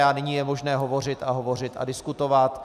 A nyní je možné hovořit a hovořit a diskutovat.